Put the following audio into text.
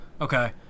Okay